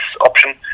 option